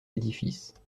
édifices